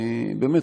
באמת,